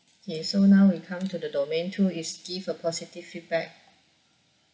okay so now we come to the domain two is give a positive feedback